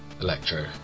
Electro